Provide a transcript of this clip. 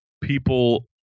people